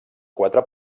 quatre